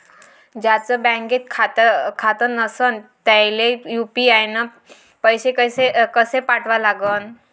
ज्याचं बँकेत खातं नसणं त्याईले यू.पी.आय न पैसे कसे पाठवा लागन?